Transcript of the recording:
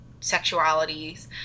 sexualities –